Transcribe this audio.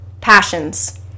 passions